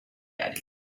editor